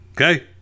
Okay